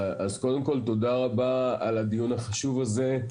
תודה רבה על הדיון החשוב הזה.